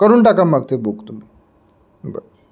करून टाका मग ते बुक तुम्ही बरं